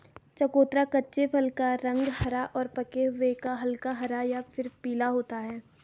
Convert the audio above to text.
चकोतरा कच्चे फल का रंग हरा और पके हुए का हल्का हरा या फिर पीला होता है